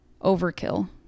overkill